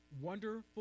wonderful